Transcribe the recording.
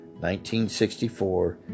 1964